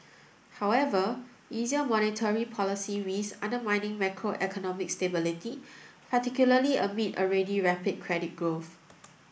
however easier monetary policy risks undermining macroeconomic stability particularly amid already rapid credit growth